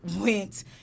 went